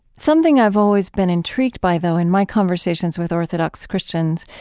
something i've always been intrigued by, though, in my conversations with orthodox christians,